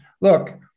look